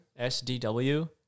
SDW